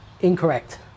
incorrect